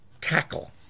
cackle